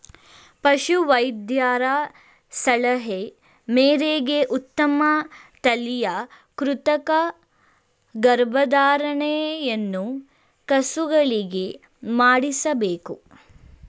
ಪಶು ವೈದ್ಯರ ಸಲಹೆ ಮೇರೆಗೆ ಉತ್ತಮ ತಳಿಯ ಕೃತಕ ಗರ್ಭಧಾರಣೆಯನ್ನು ಹಸುಗಳಿಗೆ ಮಾಡಿಸಬೇಕು